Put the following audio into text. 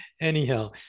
Anyhow